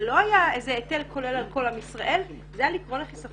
זה לא היה היטל כולל על כל עם ישראל אלא זה היה לקרוא לחיסכון.